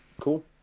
Cool